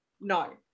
no